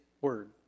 word